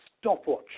stopwatch